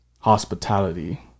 hospitality